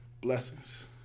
Blessings